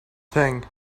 thing